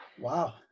Wow